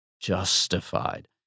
justified